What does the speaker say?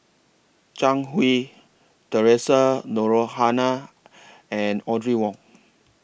Zhang Hui Theresa Noronha La and Audrey Wong